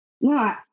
no